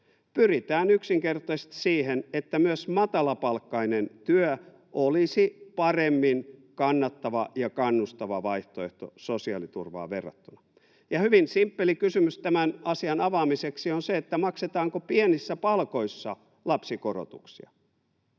Pyritään yksinkertaisesti siihen, että myös matalapalkkainen työ olisi paremmin kannattava ja kannustava vaihtoehto sosiaaliturvaan verrattuna. Hyvin simppeli kysymys tämän asian avaamiseksi on se, maksetaanko pienissä palkoissa lapsikorotuksia.